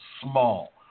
small